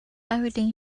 everything